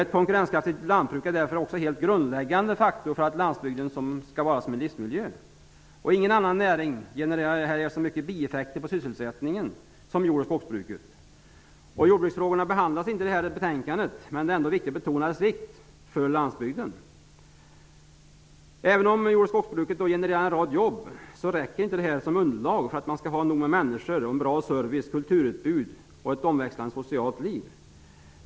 Ett konkurrenskraftigt lantbruk är därför en helt grundläggande faktor för landsbygden som en livsmiljö. Ingen annan näring genererar så mycket bieffekter på sysselsättningen som jord och skogsbruket. Jordbruksfrågorna behandlas inte i betänkandet. Men det är viktigt att betona vikten av dem för landsbygden. Även om jord och skogsbruket genererar en rad jobb, räcker det inte som grund för att människor skall få ett bra service och kulturutbud och kunna utöva ett omväxlande socialt liv.